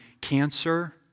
cancer